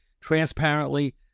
transparently